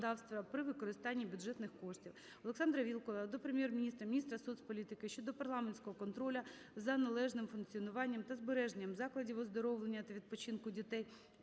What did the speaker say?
Олександра Вілкула до Прем'єр-міністра, міністра соцполітики щодо парламентського контролю за належним функціонуванням та збереженням закладів оздоровлення та відпочинку дітей,